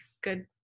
good